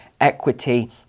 equity